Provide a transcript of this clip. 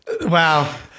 Wow